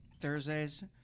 Thursdays